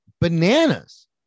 bananas